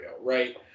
right